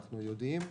אנחנו יודעים,